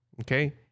okay